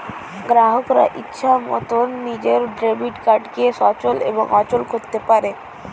গ্রাহকরা ইচ্ছে মতন নিজের ডেবিট কার্ডকে সচল এবং অচল করতে পারে